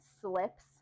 slips